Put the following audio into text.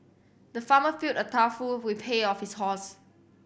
the farmer filled a trough full with pay of his horse